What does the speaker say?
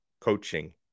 coaching